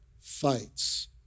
fights